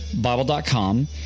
Bible.com